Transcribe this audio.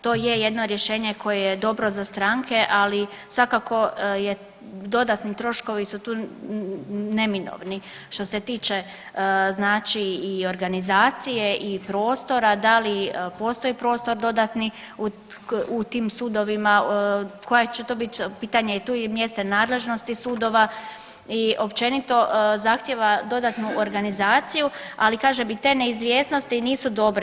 To je jedno rješenje koje je dobro za stranke, ali svakako dodatni troškovi su tu neminovni što se tiče znači i organizacije i prostora da li postoji prostor dodatni u tim sudovima, koja je će to bit, pitanje tu i mjesta nadležnosti sudova i općenito zahtjeva dodatnu organizacija, ali kažem i te neizvjesnosti nisu dobre.